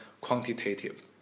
quantitative